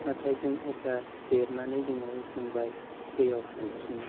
नाथाय जों अब्ला देरनानै जोङो रोंबाय दैयाव सानस्रिनो